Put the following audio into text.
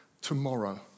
tomorrow